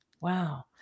Wow